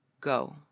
go